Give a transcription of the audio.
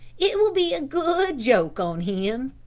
it will be a good joke on him.